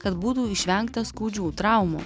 kad būtų išvengta skaudžių traumų